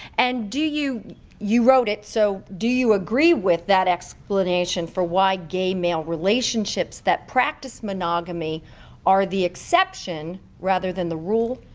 and do you you wrote it, so do you agree with that explanation for why gay male relationships that practice monogamy are the exception rather than the rule?